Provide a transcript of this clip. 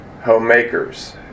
homemakers